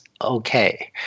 okay